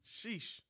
sheesh